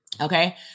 okay